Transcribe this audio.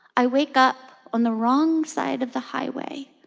i wake up on the wrong side of the highway,